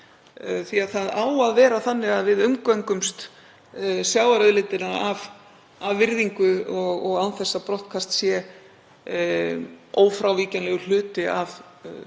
því að það á að vera þannig að við umgöngumst sjávarauðlindina af virðingu og án þess að brottkast sé ófrávíkjanlegur hluti af því að sækja